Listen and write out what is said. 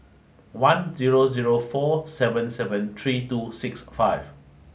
one zero zero four seven seven three two six five